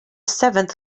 seventh